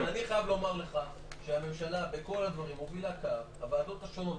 אני חייב לומר לך שהממשלה בכל הדברים הובילה קו בוועדות השונות,